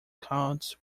counts